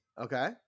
okay